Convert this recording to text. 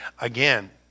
Again